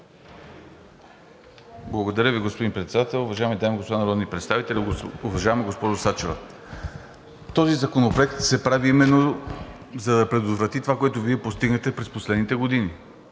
Благодаря Ви, господин Председател. Уважаеми дами и господа народни представители! Уважаема госпожо Сачева, този законопроект се прави именно за да предотврати това, което Вие постигнахте през последните години.